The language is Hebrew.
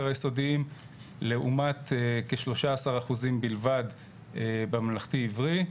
היסודיים לעומת כ-13% בלבד בממלכתי עברי.